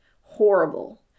horrible